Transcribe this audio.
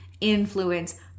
influence